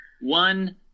One